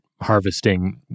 harvesting